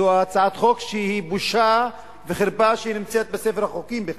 זו הצעת חוק שבושה וחרפה שהיא נמצאת בספר החוקים בכלל.